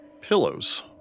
pillows